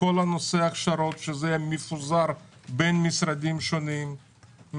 כמו שלא ביקשנו סגר, גם לא ביקשנו גם את זה.